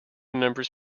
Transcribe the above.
numbers